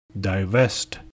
Divest